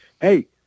hey